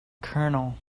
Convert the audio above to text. colonel